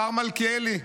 השר מלכיאלי,